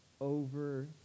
over